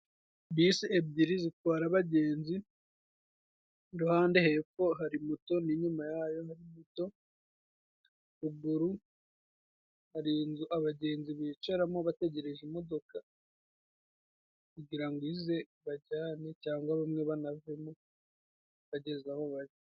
Bisi ebyiri zitwara abagenzi, iruhande hepfo hari moto n'inyuma yayo hari moto. Ruguru hari inzu abagenzi bicaramo bategereje imodoka, kugira ngo ize ibajyane cangwa bamwe banavemo bageze aho baja.